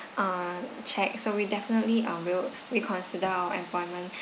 uh check so we definitely um will reconsider our employment